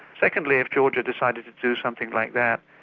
secondly, if georgia decided to do something like that,